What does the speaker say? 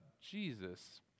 Jesus